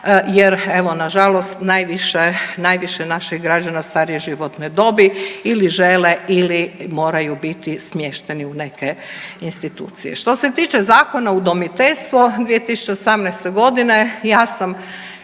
Jer evo na žalost najviše naših građana starije životne dobi ili žele ili moraju biti smješteni u neke institucije. Što se tiče Zakona o udomiteljstvu 2018. godine ja sam